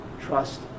trust